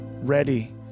ready